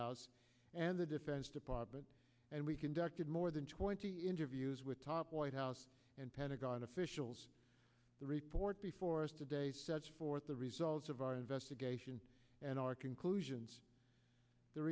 house and the defense department and we conducted more than twenty interviews with top white house and pentagon officials the report before us today sets forth the results of our investigation and our conclusions the